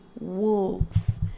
wolves